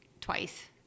twice